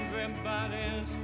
everybody's